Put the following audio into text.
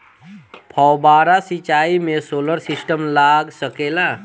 फौबारा सिचाई मै सोलर सिस्टम लाग सकेला?